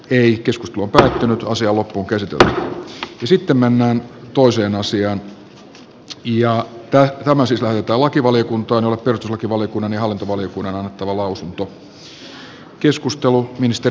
yritys on päättynyt uusia loppukäsiteltävä esittämänään tuo se puhemiesneuvosto ehdottaa että asia lähetetään lakivaliokuntaan jolle perustuslakivaliokunnan ja hallintovaliokunnan on annettava lausunto